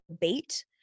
bait